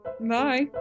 bye